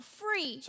free